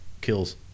kills